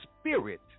spirit